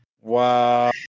Wow